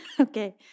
Okay